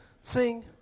Sing